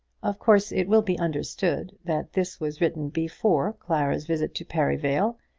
of course it will be understood that this was written before clara's visit to perivale,